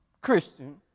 Christian